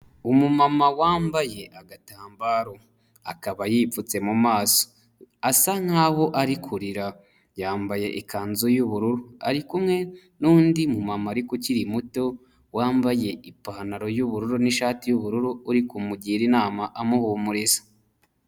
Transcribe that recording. Umumama wambaye agatambaro akaba yipfutse mu maso, asa nk'aho ari kurira, yambaye ikanzu y'ubururu ari kumwe n'undi mumama ariko ukiri muto, wambaye ipantaro y'ubururu n'ishati y'ubururu, uri kumugira inama amuhumuriza.